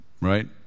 right